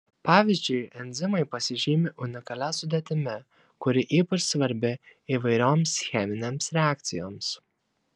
pavyzdžiui enzimai pasižymi unikalia sudėtimi kuri ypač svarbi įvairioms cheminėms reakcijoms